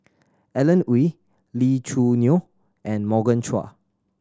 Alan Oei Lee Choo Neo and Morgan Chua